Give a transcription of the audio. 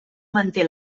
manté